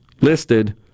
listed